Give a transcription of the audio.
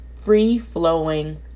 free-flowing